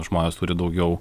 žmonės turi daugiau